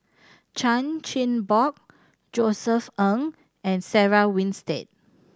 Chan Chin Bock Josef Ng and Sarah Winstedt